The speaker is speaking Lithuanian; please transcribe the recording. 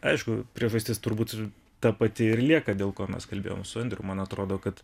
aišku priežastis turbūt ta pati ir lieka dėl ko mes kalbėjom su andrium man atrodo kad